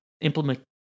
implement